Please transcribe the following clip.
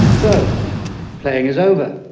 so playing is over.